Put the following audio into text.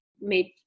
made